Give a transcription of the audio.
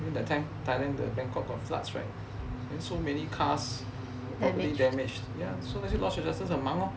you know that time thailand bangkok got floods right then so many cars property damaged ya so 那时候就很忙 lor